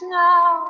now